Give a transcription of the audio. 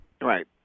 Right